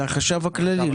זה החשב הכללי,